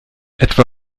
etwa